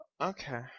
Okay